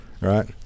right